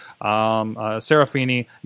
Serafini